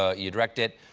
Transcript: ah you direct it.